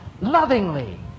lovingly